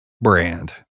brand